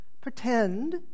pretend